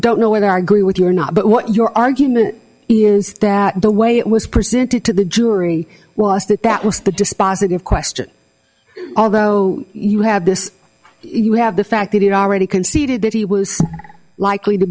don't know when i agree with you or not but what your argument is that the way it was presented to the jury was that that was the dispositive question although you have this you have the fact that it already conceded that he was likely to